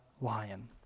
lion